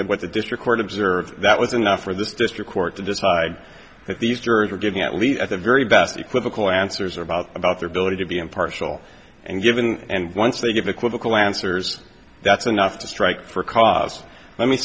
that what the district court observed that was enough for this district court to decide that these jurors were getting at least at the very best equivocal answers about about their ability to be impartial and given and once they give equivocal answers that's enough to strike for cause